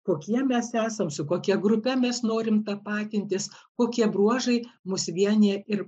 kokie mes esam su kokia grupe mes norim tapatintis kokie bruožai mus vienija ir